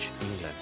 England